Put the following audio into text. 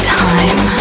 time